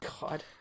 God